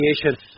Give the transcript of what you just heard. creation